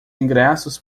ingressos